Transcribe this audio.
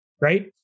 right